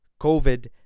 COVID